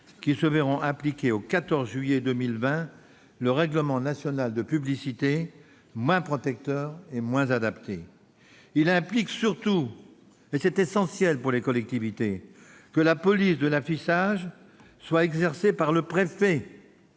EPCI se verront appliquer, au 14 juillet 2020, le règlement national de publicité, moins protecteur et moins adapté. Ce règlement prévoit surtout- c'est essentiel pour les collectivités -que la police de l'affichage est exercée par le préfet